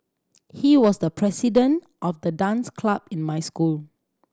he was the president of the dance club in my school